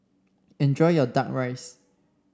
enjoy your duck rice